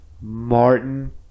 Martin